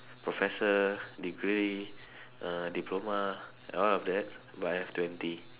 professor degree uh diploma a lot of that but I have twenty